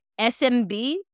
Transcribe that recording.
SMB